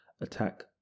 attack